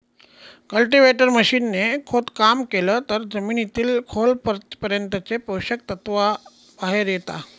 cultivator machine ने खोदकाम केलं तर जमिनीतील खोल पर्यंतचे पोषक तत्व बाहेर येता